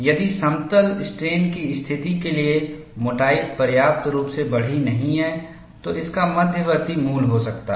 यदि समतल स्ट्रेन की स्थिति के लिए मोटाई पर्याप्त रूप से बड़ी नहीं है तो इसका मध्यवर्ती मूल्य हो सकता है